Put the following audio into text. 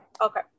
okay